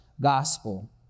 gospel